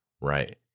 right